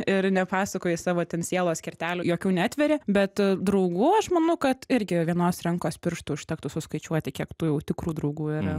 ir nepasakoji savo ten sielos kertelių jokių neatveri bet draugų aš manau kad irgi vienos rankos pirštų užtektų suskaičiuoti kiek tų jau tikrų draugų yra